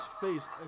face